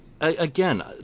again